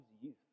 youth